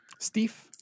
Steve